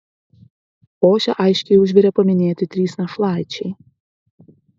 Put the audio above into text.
košę aiškiai užvirė paminėti trys našlaičiai